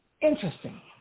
Interesting